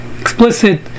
explicit